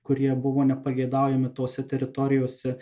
kurie buvo nepageidaujami tose teritorijose